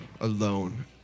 alone